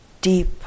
deep